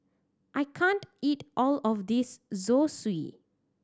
I can't eat all of this Zosui